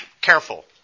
careful